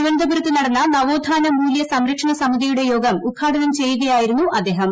തിരുവനന്തപുരത്ത് നടന്ന നവോത്ഥാന മൂല്യ സംരക്ഷണ സമിതിയുടെ യോഗം ഉദ്ഘാടനം ചെയ്യുകയായിരുന്നു അദ്ദേഹം